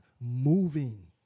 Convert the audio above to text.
moving